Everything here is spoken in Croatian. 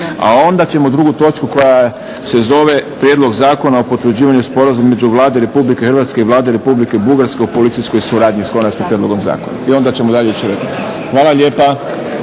A onda ćemo drugu točku koja se zove Prijedlog zakona o potvrđivanju Sporazuma između Vlade Republike Hrvatske i Vlade Republike Bugarske o policijskoj suradnji, s konačnim prijedlogom zakona i onda ćemo dalje ići redom. Hvala lijepa.